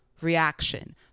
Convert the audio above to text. reaction